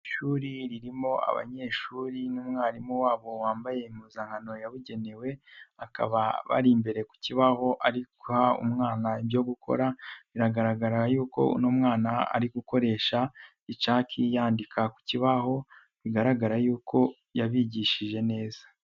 Ishuri ririmo abanyeshuri n'umwarimu wabo wambaye impuzankano yabugenewe, bakaba bari imbere ku kibaho ari guha umwana ibyo gukora, biragaragara y'uko umwana ari gukoresha icaki yandika ku kibaho bigaragara y'uko yabigishije neza.